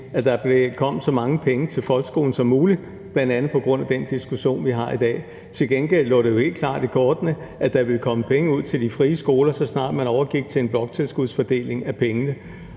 at der kom så mange penge til folkeskolen som muligt, bl.a. på grund af den diskussion, vi har i dag. Til gengæld lå det jo helt klart i kortene, at der ville komme penge ud til de frie skoler, så snart man overgik til en bloktilskudsfordeling af pengene,